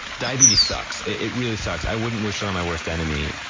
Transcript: diabetes sucks. it really sucks. i wouldn't wish it on my worst enemy.